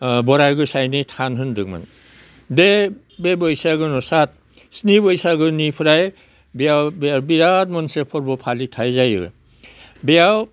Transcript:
बराय गोसायनि थान होनदोंमोन बे बे बैसागुनाव सात स्नि बैसागुनिफ्राय बेयाव बिराद मोनसे फोरबो फालिथाय जायो बेयाव